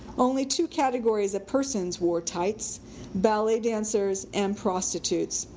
only two categories of persons wore tights ballet dancers and prostitutes.